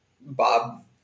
Bob